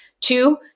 Two